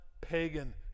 pagan